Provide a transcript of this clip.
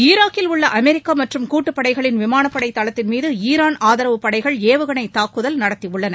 ஈராக்கில் உள்ள அமெரிக்கா மற்றும் கூட்டுப்படைகளின் விமானப்படை தளத்தின் மீது ஈரான் ஆதரவு படைகள் ஏவுகணை தாக்குதல் நடத்தியுள்ளன